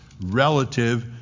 relative